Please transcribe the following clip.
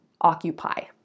occupy